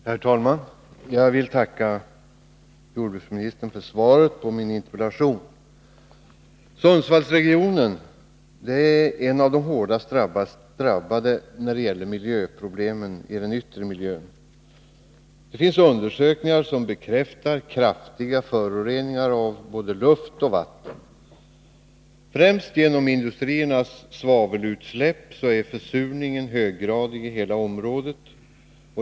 Herr talman! Jag vill tacka jordbruksministern för svaret på min interpellation. Sundsvallsregionen är en av de hårdast drabbade när det gäller miljöproblem i den yttre miljön. Undersökningar bekräftar kraftiga föroreningar av både luft och vatten. Främst genom industriernas svavelutsläpp är försurningen höggradig i hela området.